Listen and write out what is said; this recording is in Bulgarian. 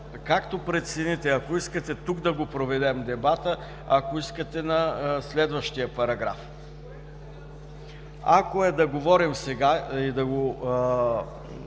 Както прецените. Ако искате тук да го проведем дебата, ако искате на следващия параграф. Ако е да говорим сега и да